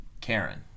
Karen